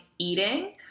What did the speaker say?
eating